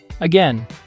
Again